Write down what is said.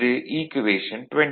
இது ஈக்குவேஷன் 20